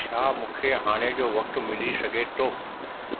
छा मूंखे हाणे जो वक़्तु मिली सघे थो